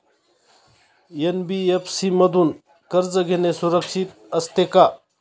NBFC मधून कर्ज घेणे सुरक्षित असते का?